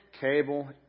Cable